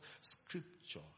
scripture